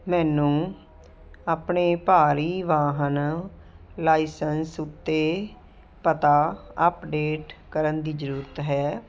ਮੈਨੂੰ ਆਪਣੇ ਭਾਰੀ ਵਾਹਨ ਲਾਈਸੈਂਸ ਉੱਤੇ ਪਤਾ ਅਪਡੇਟ ਕਰਨ ਦੀ ਜ਼ਰੂਰਤ ਹੈ